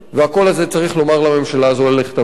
והקול הזה צריך לומר לממשלה הזו ללכת הביתה.